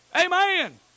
Amen